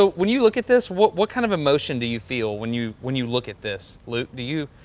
so when you look at this, what what kind of emotion do you feel, when you when you look at this, luke? do you,